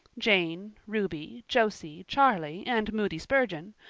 jane, ruby, josie, charlie, and moody spurgeon,